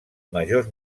majors